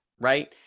right